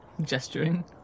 gesturing